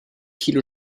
kilo